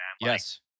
Yes